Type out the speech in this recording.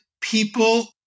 people